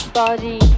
Body